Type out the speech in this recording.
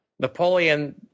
Napoleon